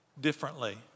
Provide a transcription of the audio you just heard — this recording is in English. differently